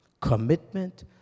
commitment